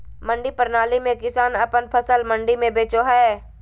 मंडी प्रणाली में किसान अपन फसल मंडी में बेचो हय